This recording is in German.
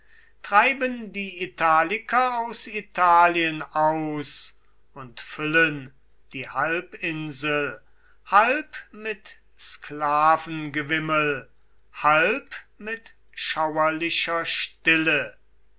treiben die italiker aus italien aus und füllen die halbinsel halb mit sklavengewimmel halb mit schauerlicher stille